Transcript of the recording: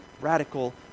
radical